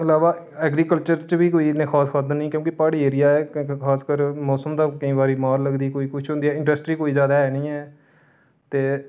अलावा ऐग्रीकल्चर च बी कोई इन्ने खास साधन नेईं न क्यूंकि प्हाड़ी एरिया ऐ खासकर मौसम दी केईं बारी मार लगदी कोई कुछ होंदी इंड़स्ट्री कोई ज्यादा ऐ नीं ऐ ते